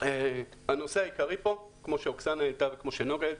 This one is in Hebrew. הנושא העיקרי פה, כמו שאוקסנה ונוגה העלו,